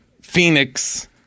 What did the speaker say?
Phoenix